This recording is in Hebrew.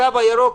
התו הירוק,